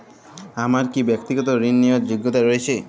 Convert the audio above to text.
আমার কী ব্যাক্তিগত ঋণ নেওয়ার যোগ্যতা রয়েছে?